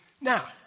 Now